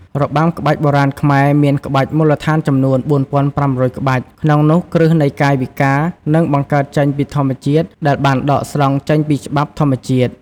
របាំក្បាច់បុរាណខ្មែរ មានក្បាច់មូលដ្ឋានចំនួន ៤៥០០ ក្បាច់ ក្នុងនោះគ្រឹះនៃកាយវិការ គឺបង្កើតចេញពីធម្មជាតិ ដែលបានដកស្រង់ចេញពីច្បាប់ធម្មជាតិ។